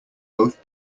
both